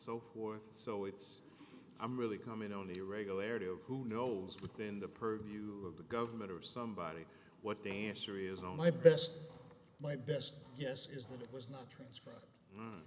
so forth so it's i'm really coming on the irregularity of who knows within the purview of the government or somebody what they answer is oh my best my best